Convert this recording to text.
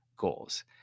Goals